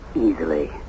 Easily